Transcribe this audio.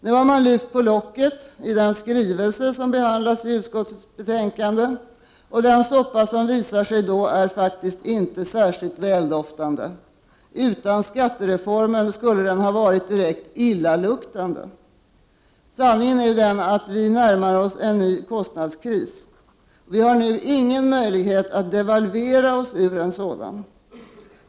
Nu har man lyft på locket i den skrivelse som nu behandlas, och den soppa som då visar sig är inte särskilt väldoftande. Utan skattereformen skulle den ha varit direkt illaluktande. Sanningen är att vi närmar oss en ny kostnadskris. Vi har ingen möjlighet att devalvera oss ur en sådan.